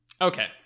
Okay